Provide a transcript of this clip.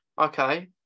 okay